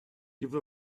give